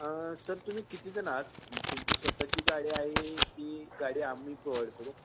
sir तुम्ही कितीजण आहात आणि तुमची स्वतःची गाडी आहे की गाडी आम्ही प्रोव्हाइड करू